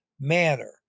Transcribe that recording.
manner